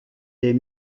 des